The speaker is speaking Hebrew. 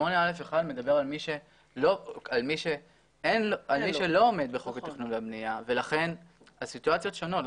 8א(1) מדבר על מי שלא עומד בחוק התכנון והבנייה ולכן הסיטואציות שונות.